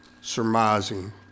surmising